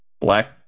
Black